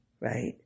Right